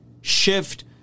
shift